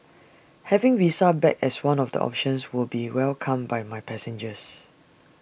having visa back as one of the options will be welcomed by my passengers